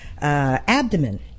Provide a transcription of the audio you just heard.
abdomen